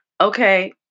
okay